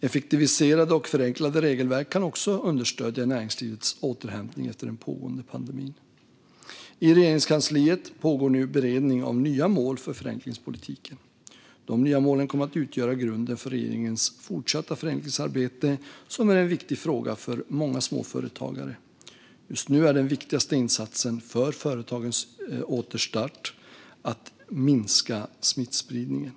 Effektiviserade och förenklade regelverk kan också understödja näringslivets återhämtning efter den pågående pandemin. I Regeringskansliet pågår nu beredning av nya mål för förenklingspolitiken. De nya målen kommer att utgöra grunden för regeringens fortsatta förenklingsarbete, vilket är en viktig fråga för många småföretagare. Just nu är den viktigaste insatsen för företagens återstart att minska smittspridningen.